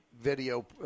video